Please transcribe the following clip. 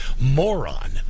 moron